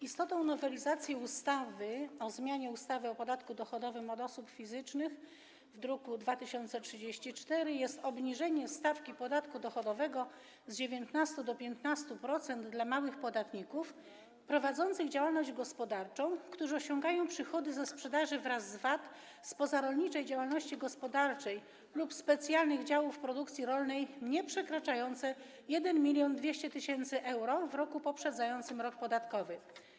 Istotą nowelizacji ustawy o zmianie ustawy o podatku dochodowym od osób fizycznych, druk nr 2034, jest obniżenie stawki podatku dochodowego z 19% do 15% dla małych podatników prowadzących działalność gospodarczą, którzy osiągają przychody ze sprzedaży wraz z VAT z pozarolniczej działalności gospodarczej lub specjalnych działów produkcji rolnej nieprzekraczające 1200 tys. euro w roku poprzedzającym rok podatkowy.